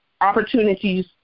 opportunities